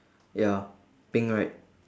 ya pink right